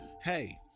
hey